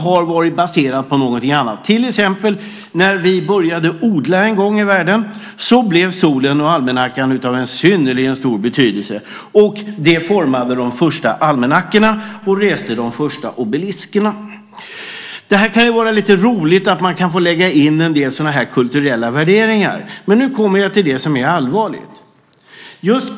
När vi en gång i tiden började odla fick solen och tideräkningen en synnerligen stor betydelse. Det formade de första almanackorna och reste de första obeliskerna. Sådana här kulturella sidoblickar kan kanske vara lite roliga, men nu kommer jag till det som är allvarligt.